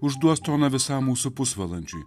užduos toną visam mūsų pusvalandžiui